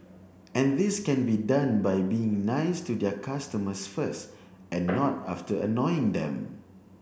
and this can be done by being nice to their customers first and not after annoying them